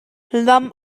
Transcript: lam